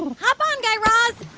hop on, guy raz,